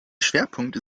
schwerpunkt